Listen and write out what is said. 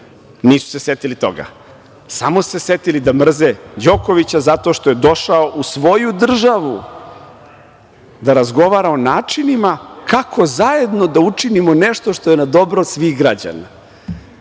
Nisu se setili toga. Samo su se setili da mrze Đokovića zato što je došao u svoju državu da razgovara o načinima kako zajedno da učinimo nešto što je na dobro svih građana.